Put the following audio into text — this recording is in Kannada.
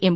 ಎಂ